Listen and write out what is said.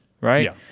right